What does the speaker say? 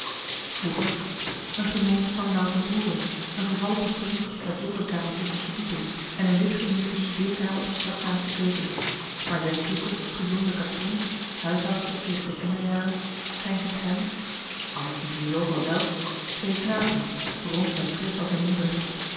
vroeger een gemeente van louter boeren een vervallen pastorie met zolderkamertjes als verdieping en een witgemuurde studeerkamer vlak naast de keuken maar zijn kloeke gezonde kathrien huishoudster sedert de kinderjaren schenkend hem alles ging toen zoo van zelf twee knapen rond en frisch als hun moeder